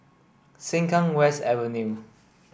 Sengkang West Avenue